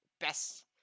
best